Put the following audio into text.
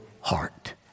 heart